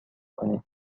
کنین